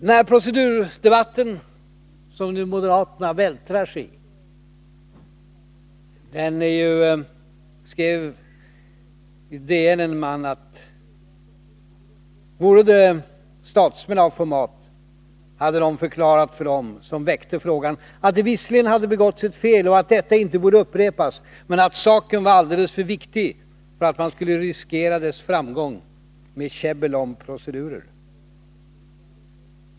Om den procedurdebatt som moderaterna nu vältrar sig i skrev en man i DN: Vore de statsmän av format hade de förklarat för den som väckte frågan att det visserligen hade begåtts ett fel och att detta inte borde upprepas men att saken var alldeles för viktig för att man skulle riskera dess framgång med käbbel om procedurer.